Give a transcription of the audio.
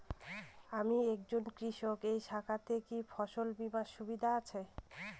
আমি একজন কৃষক এই শাখাতে কি ফসল বীমার সুবিধা আছে?